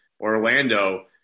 Orlando –